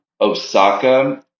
Osaka